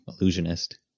illusionist